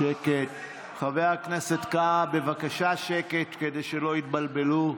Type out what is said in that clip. של קבוצת סיעת ש"ס,